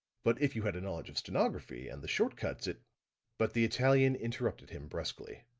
but if you had a knowledge of stenography, and the short cuts it but the italian interrupted him brusquely.